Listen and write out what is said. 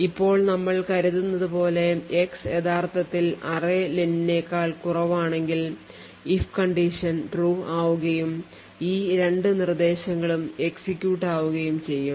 ഇപ്പോൾ നമ്മൾ കരുതുന്നത് പോലെ x യഥാർത്ഥത്തിൽ array len നേക്കാൾ കുറവാണെങ്കിൽ if condition true ആവുകയും ഈ രണ്ട് നിർദ്ദേശങ്ങളും execute ആവുകയും ചെയ്യും